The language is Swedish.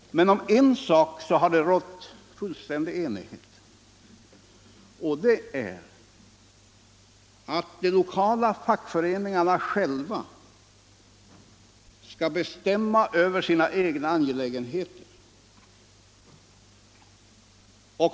Men om en sak har det rått fullständig enighet, och det är att de lokala fackföreningarna själva skall bestämma över sina egna angelägenheter.